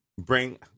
bring